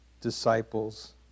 disciples